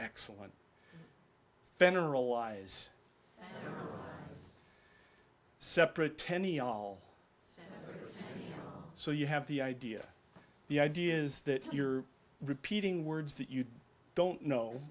excellent veneral lies separate tenney all so you have the idea the idea is that you're repeating words that you don't know